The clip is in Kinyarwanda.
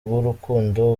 rw’urukundo